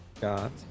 Got